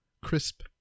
crisp